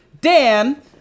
Dan